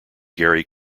gary